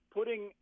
Putting